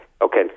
Okay